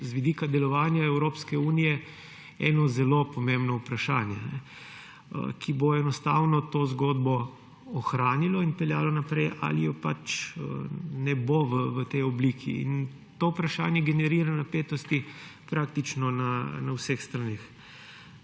z vidika delovanja Evropske unije eno zelo pomembno vprašanje, ki bo enostavno to zgodbo ohranilo in peljalo naprej ali je pač ne bo v tej obliki. To vprašanje generira napetosti praktično na vseh straneh.